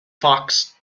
fox